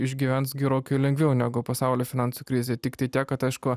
išgyvens gerokai lengviau negu pasaulio finansų krizė tiktai tiek kad aišku